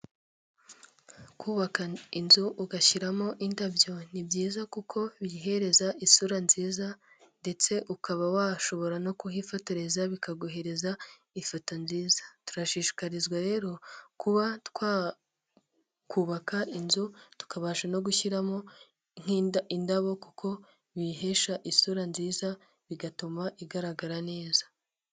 Kubaka inzu ugashyiramo indabyo, ni byiza kuko biyihereza isura nziza, ndetse ukaba washobora no kuhifotoreza bikaguhereza ifoto nziza, turashishikarizwa rero kuba twakubaka inzu tukabasha no gushyiramo indabo, kuko biyihesha isura nziza, bigatuma igaragara neza.